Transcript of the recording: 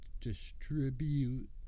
distribute